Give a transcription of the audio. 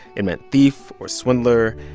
it meant thief or swindler,